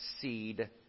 seed